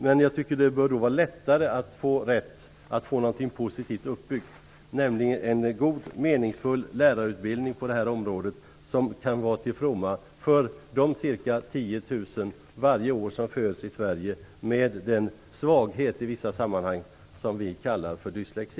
Men jag tycker att det bör vara lättare att få rätt, att få någonting positivt uppbyggt, nämligen en god meningsfull lärarutbildning på det här området, som kan vara till fromma för de ca 10 000 barn som varje år föds i Sverige med en svaghet i vissa sammanhang som vi kallar för dyslexi.